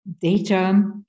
data